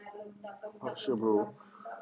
not sure bro